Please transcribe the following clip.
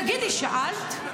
תגידי, שאלת?